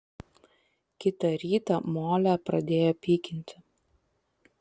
kitą rytą molę pradėjo pykinti